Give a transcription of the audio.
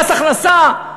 מס הכנסה.